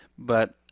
but,